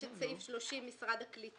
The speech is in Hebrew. יש את סעיף 30 משרד הקליטה,